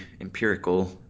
empirical